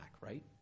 right